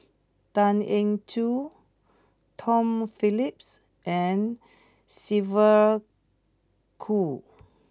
Tan Eng Joo Tom Phillips and Sylvia Kho